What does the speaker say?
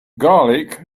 garlic